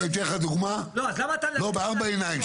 אני אתן לך דוגמא בארבע עיניים.